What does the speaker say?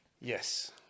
Yes